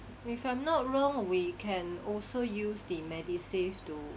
if I'm not wrong we can also use the medisave to